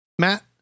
Matt